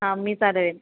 हां मी चालवेन